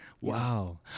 Wow